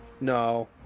No